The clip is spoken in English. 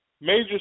Major